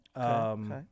Okay